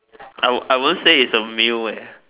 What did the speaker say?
I w~ I won't say it's a meal eh